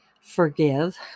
forgive